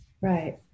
right